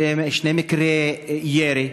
שני מקרי ירי,